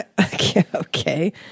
Okay